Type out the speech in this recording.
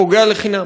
פוגע לחינם.